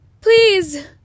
Please